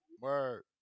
Word